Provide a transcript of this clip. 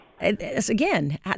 again